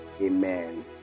Amen